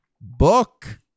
book